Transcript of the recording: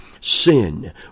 sin